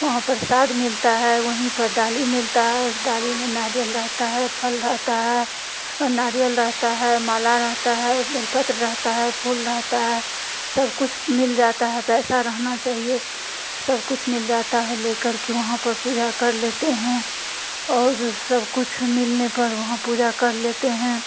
वहाँ प्रसाद मिलता है वहीं पर डाली मिलता है उस डाली में नारियल रहता है फल रहता है नारियल रहता है माला रहता है बेलपत्र रहता है फुल रहता है सब कुछ मिल जाता है पैसा रहना चाहिए सब कुछ मिल जाता है ले कर के वहाँ पर पूजा कर लेते हैं और सब कुछ मिलने पर वहाँ पूजा कर लेते हैं